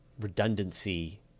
redundancy